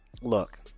Look